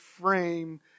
frame